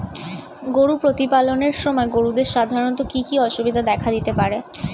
গরু প্রতিপালনের সময় গরুদের সাধারণত কি কি অসুবিধা দেখা দিতে পারে?